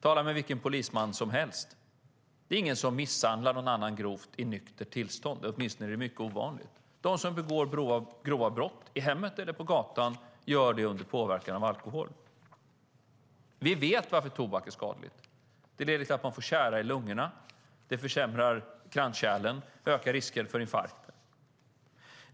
Tala med vilken polisman som helst - det är ingen som misshandlar någon annan grovt i nyktert tillstånd. Åtminstone är det mycket ovanligt. De som begår grova brott i hemmet eller på gatan gör det under påverkan av alkohol. Vi vet också varför tobaksbruk är skadligt. Det leder till att man får tjära i lungorna. Det försämrar kranskärlen och ökar risken för infarkter.